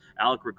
Alec